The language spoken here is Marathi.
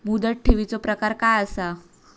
मुदत ठेवीचो प्रकार काय असा?